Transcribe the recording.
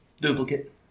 Duplicate